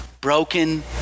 Broken